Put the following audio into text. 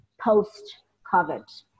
post-COVID